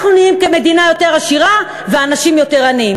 אנחנו נהיים כמדינה יותר עשירים והאנשים יותר עניים.